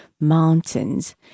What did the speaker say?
mountains